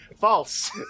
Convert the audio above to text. False